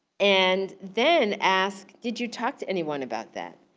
and then ask, did you talk to anyone about that?